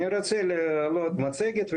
אני רוצה להעלות מצגת.